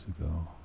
ago